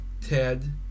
ted